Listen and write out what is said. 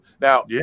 Now